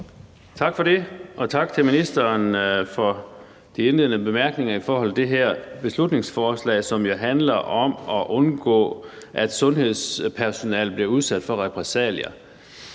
Tak for det. Og tak til ministeren for de indledende bemærkninger om det her beslutningsforslag, som jo handler om at undgå, at sundhedspersonalet bliver udsat for repressalier.